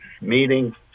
meeting